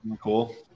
cool